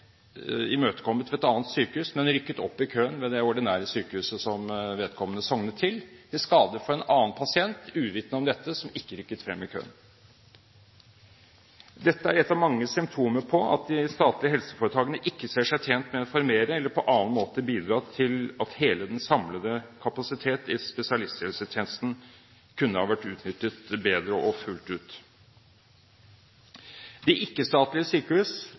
imøtekommet ved et annet sykehus, men rykket frem i køen ved det ordinære sykehuset som vedkommende sognet til, til skade for en annen pasient, som, uvitende om dette, ikke rykket frem i køen. Dette er et av mange symptomer på at de statlige helseforetakene ikke ser seg tjent med å informere eller på annen måte bidra til at hele den samlede kapasiteten i spesialisthelsetjenesten kunne ha vært utnyttet bedre og fullt ut. Vi kan med dagens system tilby plasser til pasienter som velger dem aktivt, på ikke-statlige sykehus